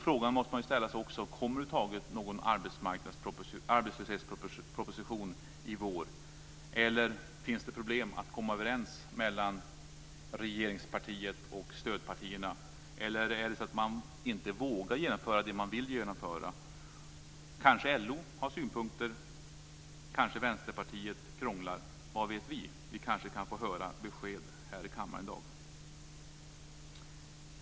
Man måste också ställa sig frågan: Kommer det över huvud taget någon arbetslöshetsproposition i vår eller finns det problem att komma överens mellan regeringspartiet och stödpartierna? Är det så att man inte vågar genomföra det man vill genomföra? Kanske LO har synpunkter, kanske Vänsterpartiet krånglar, vad vet vi? Vi kanske kan få besked här i kammaren i dag.